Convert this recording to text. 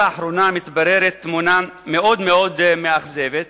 לאחרונה מתבררת תמונה מאוד מאוד מאכזבת,